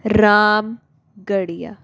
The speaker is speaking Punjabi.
ਰਾਮਗੜੀਆ